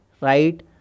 right